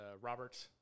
Robert